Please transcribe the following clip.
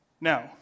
Now